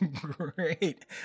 great